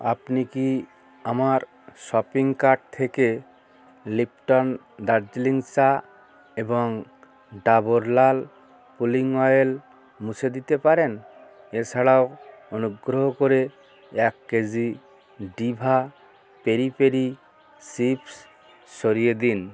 আপনি কি আমার শপিং কার্ট থেকে লিপ্টন দার্জিলিং চা এবং ডাবর লাল পুলিং অয়েল মুছে দিতে পারেন এছাড়াও অনুগ্রহ করে এক KG Diva peri peri chips সরিয়ে দিন